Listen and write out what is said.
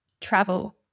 travel